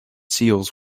seals